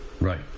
Right